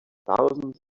thousands